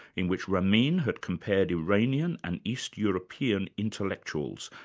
in which ramin had compared iranian and east european intellectuals,